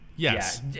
Yes